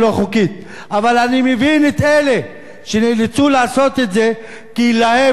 אבל אני מבין את אלה שנאלצו לעשות את זה כי להם לא היתה ברירה.